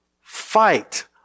fight